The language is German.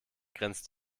grenzt